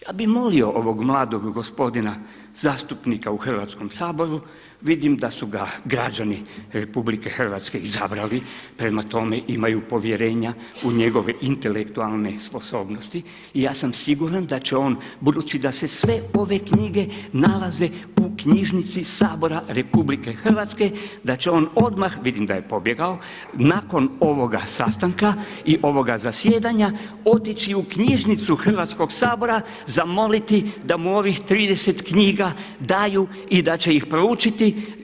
Ja bih molio ovog mladog gospodina zastupnika u Hrvatskom saboru, vidim da su ga građani Republike Hrvatske izabrali, prema tome imaju povjerenja u njegove intelektualne sposobnosti i ja sam siguran da će on budući da se sve ove knjige nalaze u knjižnici Sabora Republike Hrvatske da će on odmah, vidim da je pobjegao, nakon ovoga zastanka i ovoga zasjedanja otići u knjižnicu Hrvatskog sabora, zamoliti da mu ovih 30 knjiga daju i da će ih proučiti.